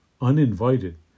uninvited